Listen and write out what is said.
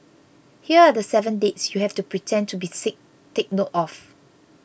here are the seven dates you have to pretend to be sick take note of